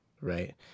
right